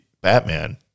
batman